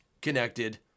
connected